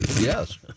Yes